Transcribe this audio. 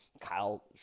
Kyle